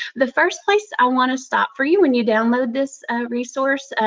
the first placed i want to stop for you, when you download this resource,